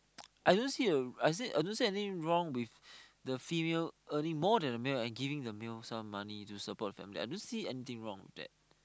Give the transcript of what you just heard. I don't see anything wrong with the female earning more than male and giving the male some money to support the family